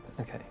Okay